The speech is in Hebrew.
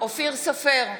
אופיר סופר,